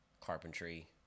carpentry